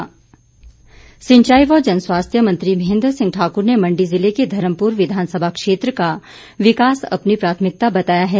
महेन्द्र सिंह सिंचाई व जनस्वास्थ्य मंत्री महेन्द्र सिंह ठाकुर ने मण्डी जिले के धर्मपुर विधानसभा क्षेत्र का विकास अपनी प्राथमिकता बताया है